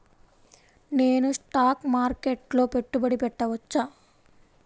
నేను స్టాక్ మార్కెట్లో పెట్టుబడి పెట్టవచ్చా?